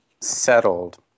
settled